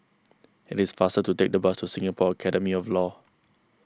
it is faster to take the bus to Singapore Academy of Law